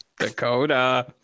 Dakota